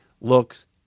looks